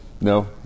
No